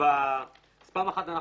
פעם אחת,